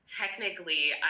Technically